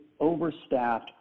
overstaffed